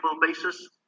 basis